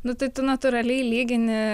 nu tai tu natūraliai lygini